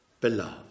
beloved